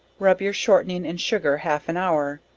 rub your shortning and sugar half an hour,